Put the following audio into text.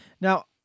Now